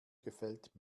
gefällt